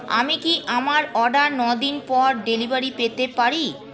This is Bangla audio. আমি কি আমাার অর্ডার ন দিন পর ডেলিভারি পেতে পারি